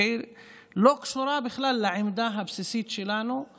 בלי קשר בכלל לעמדה הבסיסית שלנו על